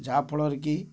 ଯାହାଫଳରେ କି